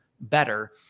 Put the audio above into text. better